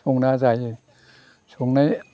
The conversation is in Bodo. संना जायो संनाय